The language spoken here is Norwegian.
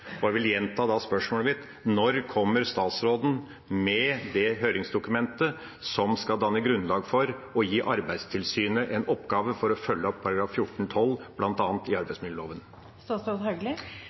Jeg vil gjenta spørsmålet mitt: Når kommer statsråden med det høringsdokumentet som skal danne grunnlag for å gi Arbeidstilsynet en oppgave for å følge opp § 14-12, bl.a., i arbeidsmiljøloven? Jeg er for så vidt enig med representanten Lundteigen i